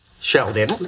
Sheldon